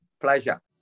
pleasure